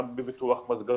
גם בפיתוח מסגרות,